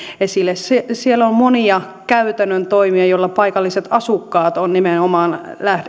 esille siellä on monia käytännön toimia joilla paikalliset asukkaat ovat nimenomaan